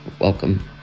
welcome